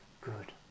Good